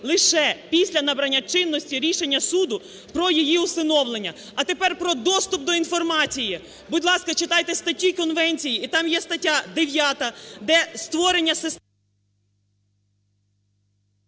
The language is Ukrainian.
лише після набрання чинності рішення суду про її усиновлення. А тепер про доступ до інформації. Будь ласка, читайте статті конвенції, і там є стаття 9, де створення системи…